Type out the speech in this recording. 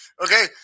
Okay